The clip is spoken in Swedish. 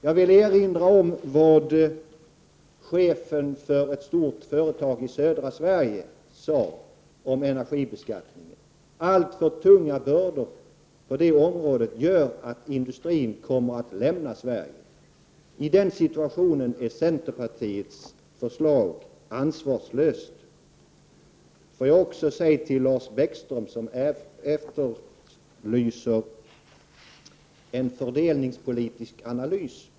Jag vill erinra om vad chefen för ett stort företag i södra Sverige sade om energibeskattningen. Alltför tunga bördor för det området gör att industrin kommer att lämna Sverige. I den situationen är centerpartiets förslag ansvarslöst. Lars Bäckström efterlyser en fördelningspolitisk analys.